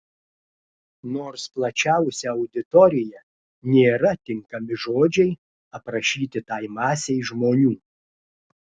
nors plačiausia auditorija nėra tinkami žodžiai aprašyti tai masei žmonių